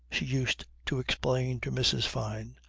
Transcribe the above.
she used to explain to mrs. fyne.